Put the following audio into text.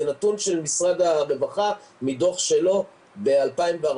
זה נתון של משרד הרווחה מדוח שלו ב-2014.